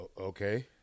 Okay